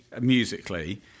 musically